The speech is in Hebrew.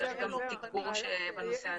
נצטרך תגבור בנושא הזה.